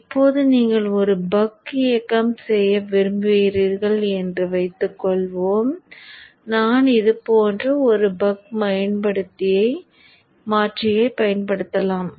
இப்போது நீங்கள் ஒரு பக் இயக்கம் செய்ய விரும்புகிறீர்கள் என்று வைத்துக்கொள்வோம் நான் இது போன்ற ஒரு பக் மாற்றியைப் பயன்படுத்தலாம்